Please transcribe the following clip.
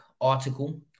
article